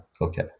okay